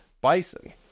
bison